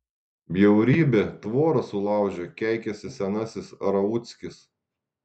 bjaurybė tvorą sulaužė keikiasi senasis rauckis